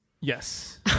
Yes